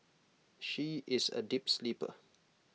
she is A deep sleeper